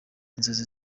inzozi